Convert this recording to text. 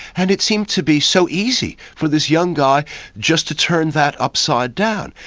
and it seemed to be so easy for this young guy just to turn that upside-down.